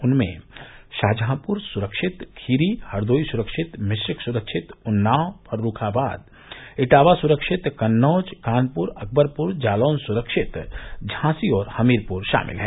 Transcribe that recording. उनमें शाहजहांपुर सुरक्षित खीरी हरदोई सुरक्षित मिश्रिख सुरक्षित उन्नाव फर्रुखाबाद इटावा सुरक्षित कन्नौज कानपुर अकबरपुर जालौन सुरक्षित झांसी और हमीरपुर हैं